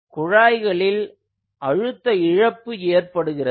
குழாய்களில் அழுத்த இழப்பு ஏற்படுகிறது